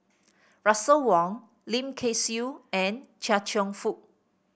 Russel Wong Lim Kay Siu and Chia Cheong Fook